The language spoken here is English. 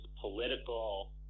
political